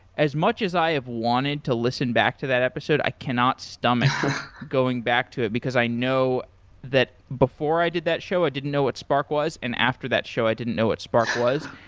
as much as i have wanted to listen back to that episode, i cannot stomach going back to it because i know that before i did that show, i didn't know what spark was, and after that show i didn't know what sparks was.